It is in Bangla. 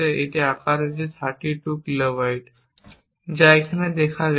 এটির আকার রয়েছে 32 কিলোবাইট যা এখানে দেখা গেছে